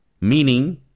Meaning